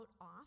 off